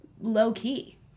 low-key